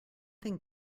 thing